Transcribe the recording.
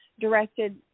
Directed